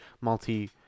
multi